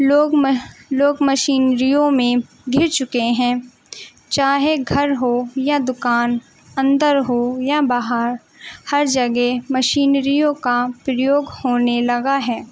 لوگ مہ لوگ مشینریوں میں گھر چکے ہیں چاہے گھر ہو یا دکان اندر ہو یا باہر ہر جگہ مشینریوں کا پریوگ ہونے لگا ہے